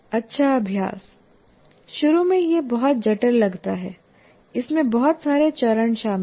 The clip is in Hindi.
अच्छा अभ्यास शुरू में यह बहुत जटिल लगता है इसमें बहुत सारे चरण शामिल हैं